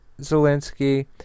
Zelensky